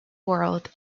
world